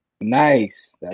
Nice